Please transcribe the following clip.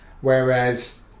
Whereas